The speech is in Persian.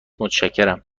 متشکرم